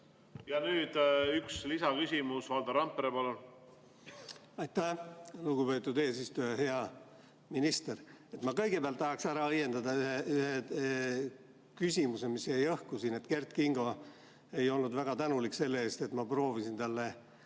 Ja nüüd üks lisaküsimus. Valdo Randpere, palun! Aitäh, lugupeetud eesistuja! Hea minister! Ma kõigepealt tahaks ära õiendada ühe küsimuse, mis jäi õhku. Kert Kingo ei olnud väga tänulik selle eest, et ma proovisin talle